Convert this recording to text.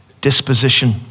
disposition